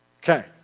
Okay